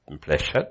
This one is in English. pleasure